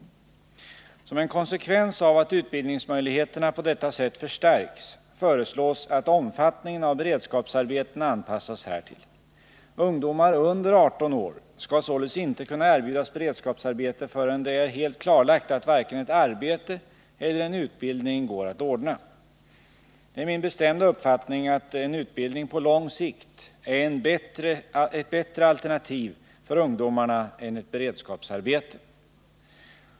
Som en konsekvens av att utbildningsmöjligheterna på detta sätt förstärks föreslås att omfattningen av beredskapsarbeten anpassas härtill. Ungdomar under 18 år skall således inte kunna erbjudas beredskapsarbete förrän det är helt klarlagt att varken ett arbete eller en utbildning går att ordna. Det är min bestämda uppfattning att en utbildning på lång sikt är ett bättre alternativ för ungdomarna än ett beredskapsarbete.